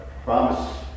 Promise